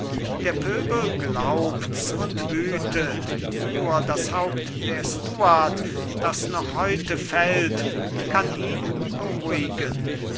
der pöbel glaubt's und wütet nur das haupt der stuart das noch heute fällt kann ihn beruhigen